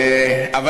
אבל